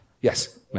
Yes